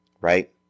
Right